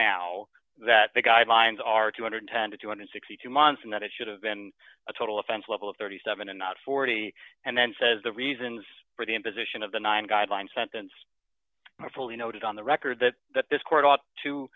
now that the guideline signs are two hundred and ten to two hundred and sixty two months in that it should have been a total offense level of thirty seven dollars and not forty and then says the reasons for the imposition of the nine guidelines sentence are fully noted on the record that that this court ought to